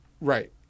right